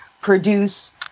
produce